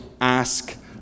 ask